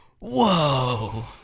Whoa